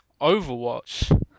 Overwatch